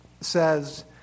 says